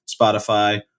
Spotify